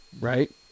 right